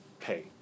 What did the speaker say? pay